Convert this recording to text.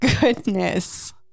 goodness